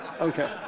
Okay